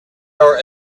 are